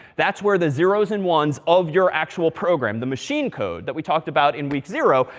that's where the zeros and ones of your actual program, the machine code, that we talked about in week zero,